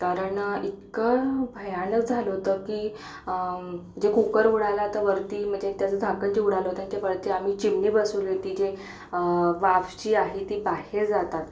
कारण इतकं भयानक झालं होतं की जे कुक्कर उडाला तर वरती म्हणजे त्याचं झाकण जे उडालं होतं ते वरती आम्ही चिमणी बसवली होती जे वाफ जी आहे ती बाहेर जातात